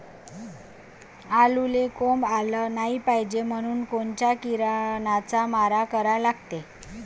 आलूले कोंब आलं नाई पायजे म्हनून कोनच्या किरनाचा मारा करा लागते?